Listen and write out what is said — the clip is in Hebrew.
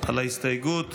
על ההסתייגות.